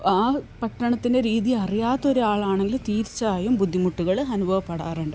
ആ പട്ടണത്തിൻ്റെ രീതി അറിയാത്തൊരാളാണെങ്കില് തീർച്ചയായും ബുദ്ധിമുട്ടുകൾ അനുഭവപ്പെടാറുണ്ട്